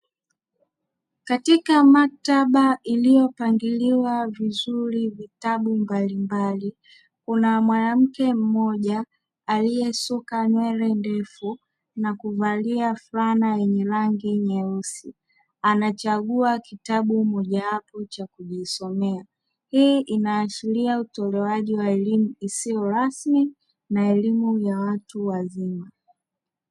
Katika maktaba iliyopangiliwa vizuri vitabu mbalimbali, kuna mwanamke mmoja aliyesuka nywele ndefu na kuvalia fulana yenye rangi nyeusi, anachagua kitabu mojawapo cha kujisomea hii inaashiria utolewaji wa elimu isiyorasmi na elimu ya watu wazima.